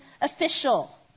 official